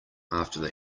after